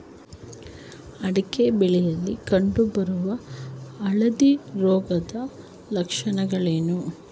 ಅಡಿಕೆ ಬೆಳೆಯಲ್ಲಿ ಕಂಡು ಬರುವ ಹಳದಿ ರೋಗದ ಲಕ್ಷಣಗಳೇನು?